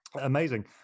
Amazing